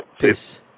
Peace